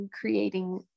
creating